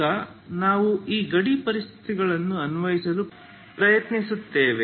ಈಗ ನಾವು ಈ ಗಡಿ ಪರಿಸ್ಥಿತಿಗಳನ್ನು ಅನ್ವಯಿಸಲು ಪ್ರಯತ್ನಿಸುತ್ತೇವೆ